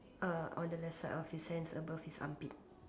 uh on the left side of his hands above his armpit